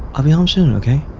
i'll be home soon, ok?